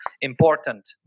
important